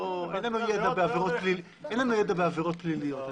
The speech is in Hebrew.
אין לנו ידע בעבירות פליליות.